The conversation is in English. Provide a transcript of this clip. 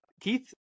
Keith